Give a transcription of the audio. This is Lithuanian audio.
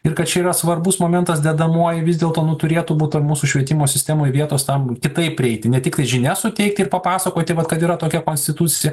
ir kad čia yra svarbus momentas dedamoji vis dėlto nu turėtų būt ar mūsų švietimo sistemoj vietos tam kitaip prieiti ne tik tai žinias suteikti ir papasakoti vat kad yra tokia konstitucija